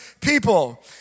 people